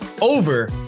over